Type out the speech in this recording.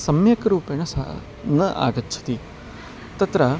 सम्यक् रूपेण स न आगच्छति तत्र